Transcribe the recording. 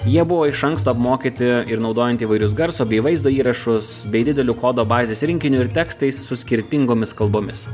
jie buvo iš anksto apmokyti ir naudojant įvairius garso bei vaizdo įrašus bei dideliu kodo bazės rinkiniu ir tekstais su skirtingomis kalbomis